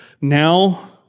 now